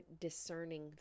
discerning